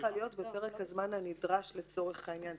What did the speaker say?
הארכה צריכה להיות בפרק הזמן הנדרש לצורך העניין.